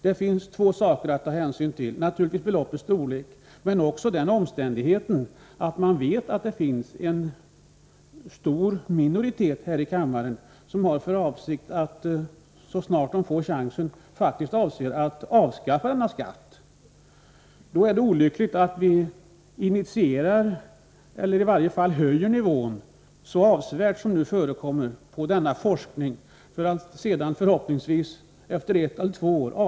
Det finns två saker att ta hänsyn till, dels naturligtvis beloppets storlek, dels också den omständigheten att man vet att det finns en stor minoritet här i kammaren som har för avsikt att avskaffa denna skatt så snart den får chansen. Det är olyckligt att avsevärt höja nivån i fråga om en forskning som förhoppningsvis kommer att avskaffas efter ett eller två år.